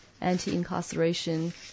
anti-incarceration